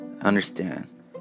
Understand